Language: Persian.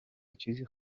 چیز